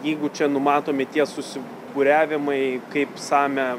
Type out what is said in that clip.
jeigu čia numatomi tie susibūriavimai kaip same